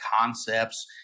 concepts